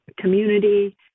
community